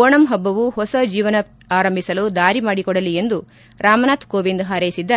ಓಣಂ ಹಬ್ಲವು ಹೊಸ ಜೀವನ ಆರಂಭಿಸಲು ದಾರಿ ಮಾಡಿಕೊಡಲಿ ಎಂದು ರಾಮನಾಥ್ ಕೋವಿಂದ್ ಹಾರೈಸಿದ್ದಾರೆ